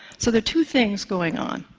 so the two things going on.